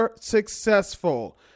Successful